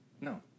No